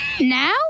Now